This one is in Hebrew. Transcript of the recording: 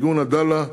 ארגון "עדאלה",